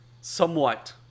somewhat